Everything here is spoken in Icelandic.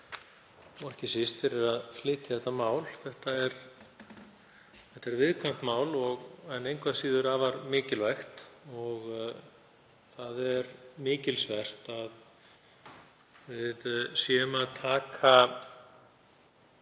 og ekki síst fyrir að flytja þetta mál. Þetta er viðkvæmt mál en engu að síður afar mikilvægt og mikilsvert að við séum að stíga